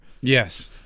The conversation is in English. Yes